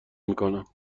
میکنم